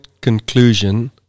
conclusion